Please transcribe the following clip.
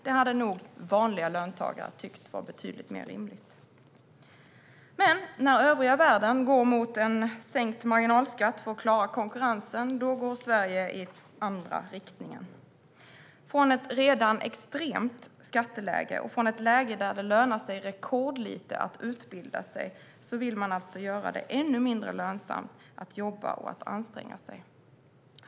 Det hade nog vanliga löntagare tyckt vara betydligt mer rimligt. När övriga världen går mot sänkta marginalskatter för att klara konkurrensen går Sverige åt andra hållet. Från ett redan extremt skatteläge, och från ett läge där det lönar sig rekordlite att utbilda sig, ska vi alltså göra det ännu mindre lönsamt att jobba och att anstränga sig.